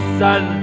sun